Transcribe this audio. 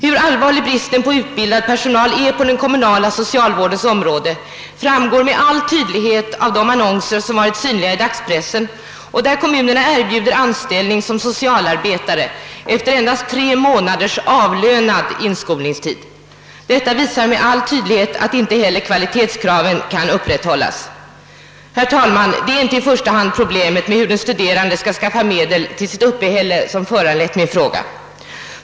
Hur allvarlig bristen på utbildad personal är på den kommunala socialvår dens område framgår klart av de annonser som varit synliga i dagspressen, i vilka kommunerna erbjuder anställning som socialarbetare efter endast tre månaders avlönad inskolningstid. Detta visar med all tydlighet att inte heller kvalitetskraven kan upprätthållas. Herr talman! Det är inte i första hand problemet med hur den studerande skall skaffa medel till sitt uppehälle som föranlett min fråga.